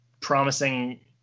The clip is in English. promising